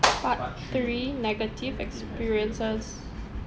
part three negative experiences